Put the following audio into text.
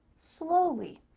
slowly,